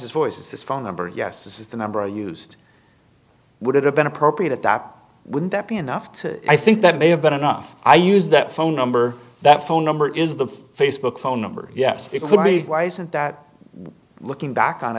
his voice is this phone number yes this is the number i used would have been appropriate at that wouldn't that be enough to i think that may have been enough i use that phone number that phone number is the facebook phone number yes it would be why isn't that looking back on